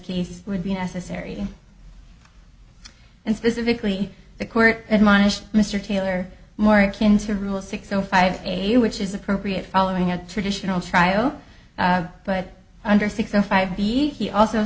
case would be necessary and specifically the court admonish mr taylor more akin to rule six zero five eight which is appropriate following a traditional trial but under six o five b he also